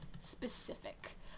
specific